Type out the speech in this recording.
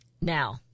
Now